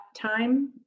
time